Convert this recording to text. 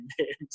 names